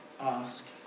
ask